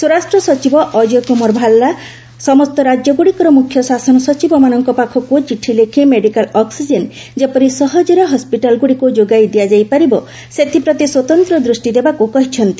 ସ୍ୱରାଷ୍ଟ୍ର ସଚିବ ଅଜୟ କୁମାର ଭାଲ୍ଲା ସମସ୍ତ ରାଜ୍ୟଗୁଡ଼ିକର ମୁଖ୍ୟସଚିବମାନଙ୍କ ପାଖକୁ ଚିଠି ଲେଖି ମେଡ଼ିକାଲ ଅକ୍କିଜେନ୍ ଯେପରି ସହଜରେ ହସ୍କିଟାଲଗୁଡ଼ିକୁ ଯୋଗାଇ ଦିଆଯାଇ ପାରିବ ସେଥିପ୍ରତି ସ୍ୱତନ୍ତ୍ର ଦୃଷ୍ଟିଦେବାକୁ କହିଛନ୍ତି